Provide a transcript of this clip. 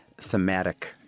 thematic